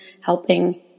helping